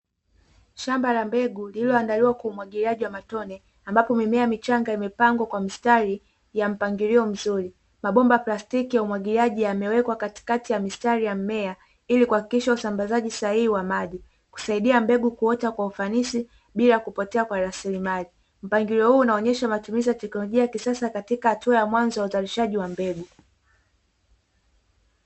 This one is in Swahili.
Shamba la mbegu lililoandaliwa kwa umwagiliaji wa matone, ambapo mimea michanga imepangwa kwa mistari ya mpangilio mzuri. Mabomba ya plastiki ya umwagiliaji yamewekwa katikati ya mistari ya mmea, ili kuhakikisha usambazaji sahihi wa maji, kusaidia mbegu kuota kwa ufanisi bila kupotea kwa rasilimali. Mpangilio huu unaonyesha matumizi ya teknolojia ya kisasa, katika hatua ya mwanzo ya uzalishaji wa mbegu.